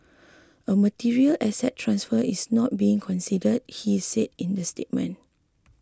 a material asset transfer is not being considered he said in the statement